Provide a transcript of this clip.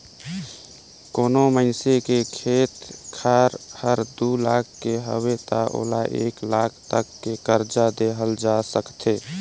कोनो मइनसे के खेत खार हर दू लाख के हवे त ओला एक लाख तक के करजा देहल जा सकथे